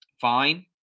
Fine